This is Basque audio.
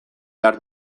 behar